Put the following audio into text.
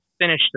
finish